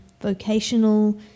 vocational